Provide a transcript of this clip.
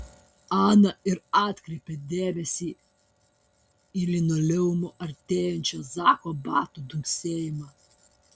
ana ir atkreipė dėmesį į linoleumu artėjančio zako batų dunksėjimą